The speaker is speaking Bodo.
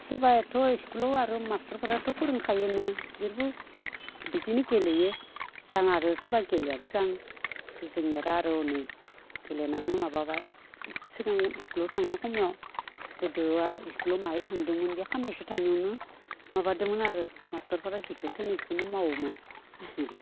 सोरबा एथ' स्कुलाव आर' मास्टरफोराथ' फोरों खायो नो बिदिनो गेलेयो जां आरो सोरबा गेलेयाबो जां जोंनिया आर' हनै गेलेनानैनो माबाबाय सिगां स्कुलाव थांना खमियाव गोदोआ स्कुलाव माहाय थांदोमोन बे खाननैसो थांनायावनो माबादोंमोन आरो मास्टारफोरा जेखौ थिनो बिखौनो मावोमोन